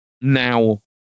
now